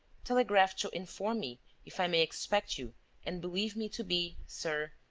telegraph to inform me if i may expect you and believe me to be, sir,